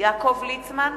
יעקב ליצמן,